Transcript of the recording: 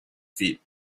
feet